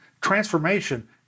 transformation